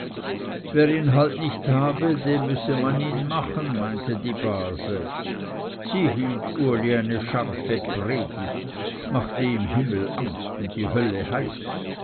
wer ihn halt nicht habe dem müsse man ihn machen meinte die base sie hielt uli eine scharfe predigt machte ihm himmelangst und die hölle heiß